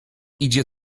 idzie